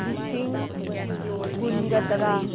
ꯂꯤꯁꯤꯡ ꯀꯨꯟꯒ ꯇꯔꯥ